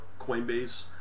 Coinbase